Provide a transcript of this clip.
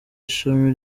ishami